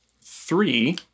three